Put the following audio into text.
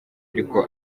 ariko